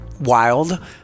wild